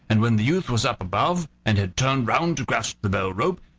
and when the youth was up above, and had turned round to grasp the bell-rope,